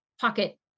pocket